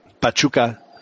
Pachuca